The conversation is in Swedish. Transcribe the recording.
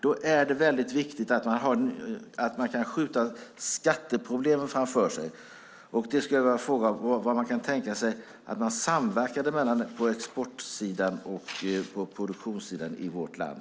Då är det väldigt viktigt att man kan skjuta skatteproblemen framför sig, och jag skulle vilja fråga om man kan tänka sig att samverka på exportsidan och på produktionssidan i vårt land.